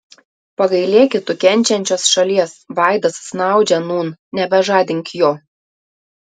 pagailėki tu kenčiančios šalies vaidas snaudžia nūn nebežadink jo